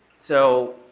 so